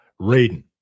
Raiden